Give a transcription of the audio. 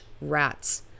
rats